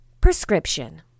Prescription